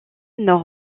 nord